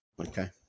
okay